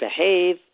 behave